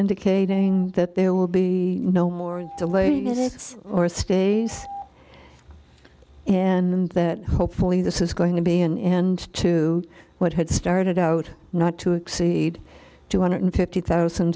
indicating that there will be no more delays or stays and that hopefully this is going to be an end to what had started out not to exceed two hundred fifty thousand